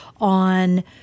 on